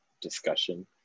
discussion